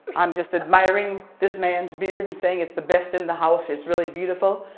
i'm just admiring this man's beard and saying it's the best in the house. it's really beautiful.